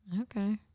Okay